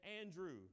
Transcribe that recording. Andrew